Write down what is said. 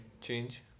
change